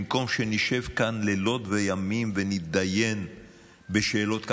במקום שנשב כאן לילות וימים ונידיין בשאלות כלכליות,